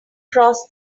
cross